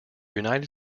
united